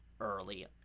early